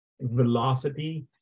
velocity